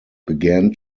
began